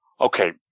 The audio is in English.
Okay